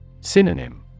Synonym